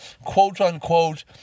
quote-unquote